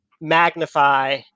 magnify